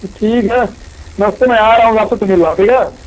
तो ठीक है नमस्ते मैं आ रहा हूँ आपसे तो मिल रहा हूँ ठीक है न